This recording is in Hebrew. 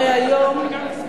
אתה לא יודע לספור.